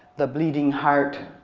the bleeding heart,